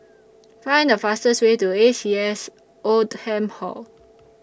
Find The fastest Way to A C S Oldham Hall